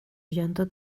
llanto